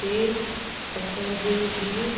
ते असांजो ई